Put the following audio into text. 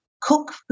cook